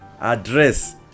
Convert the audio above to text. address